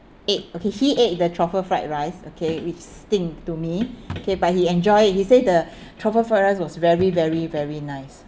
ate okay he ate the truffle fried rice okay which stink to me okay but he enjoy it he said the truffle fried rice was very very very nice